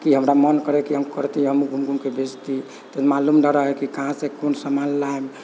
कि हमरा मन करै कि हम करतीह हमहुँ घूम घूमके बेचतीह तऽ मालुम न रहै कहाँ से कोन सामान लाएब